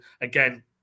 again